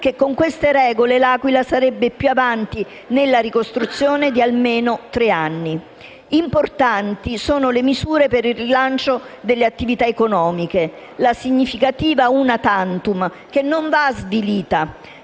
con queste regole L'Aquila sarebbe più avanti nella ricostruzione di almeno tre anni. Importanti sono le misure per il rilancio delle attività economiche, la significativa *una tantum* di